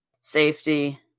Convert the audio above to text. safety